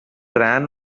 ran